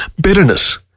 bitterness